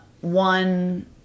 One